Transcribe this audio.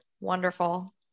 wonderful